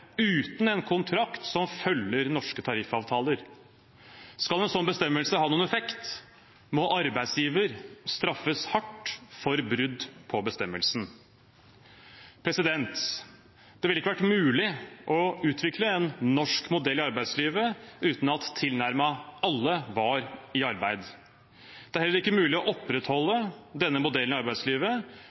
uten en kontrakt som følger norske tariffavtaler. Skal en slik bestemmelse ha noen effekt, må arbeidsgiver straffes hardt for brudd på bestemmelsen. Det ville ikke vært mulig å utvikle en norsk modell i arbeidslivet uten at tilnærmet alle var i arbeid. Det er heller ikke mulig å opprettholde denne modellen i arbeidslivet